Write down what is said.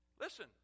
Listen